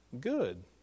good